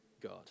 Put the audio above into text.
God